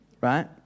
Right